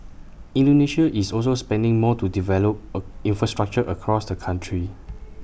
Indonesia is also spending more to develop infrastructure across the country